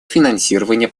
финансирование